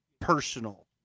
personal